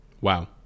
Wow